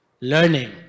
learning